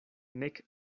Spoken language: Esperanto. nek